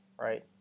right